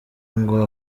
ngo